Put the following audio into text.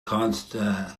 constabulary